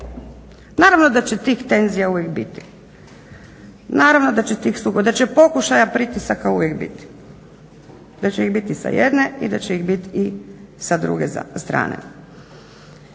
Naravno da će tih tenzija uvijek biti, naravno da će tih sukoba, da će pokušaja pritisaka uvijek biti, da će ih biti sa jedne i da će ih biti i sa druge strane.